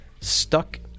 stuck